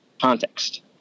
context